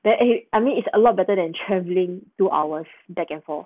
that I mean it's a lot better than travelling two hours back and forth